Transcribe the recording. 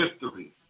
history